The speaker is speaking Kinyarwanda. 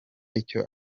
icyo